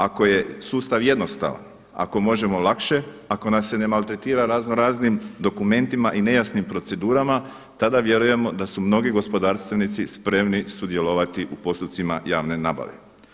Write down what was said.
Ako je sustav jednostavan, ako možemo lakše, ako nas ne maltretira razno raznim dokumentima i nejasnim procedurama tada vjerujemo da su mnogi gospodarstvenici spremni sudjelovati u postupcima javne nabave.